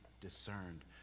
discerned